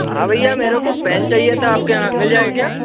हाँ भैया मेरे को पेन चाहिए था आप के यहाँ मिल जाएगा क्या